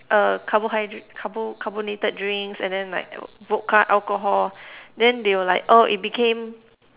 uh carbohydra~ carbo~ carbonated drinks and then like vodka alcohol then they'll like oh it became